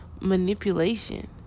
manipulation